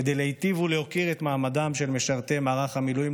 כדי להוקיר וכדי להיטיב את מעמדם של משרתי מערך המילואים,